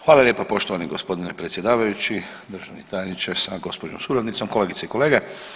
Hvala lijepa poštovani gospodine predsjedavajući, državni tajniče sa gospođom suradnicom, kolegice i kolege.